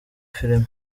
film